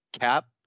Cap